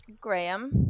Graham